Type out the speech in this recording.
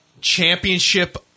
championship